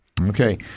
Okay